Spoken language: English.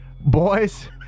Boys